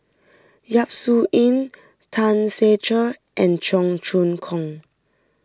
Yap Su Yin Tan Ser Cher and Cheong Choong Kong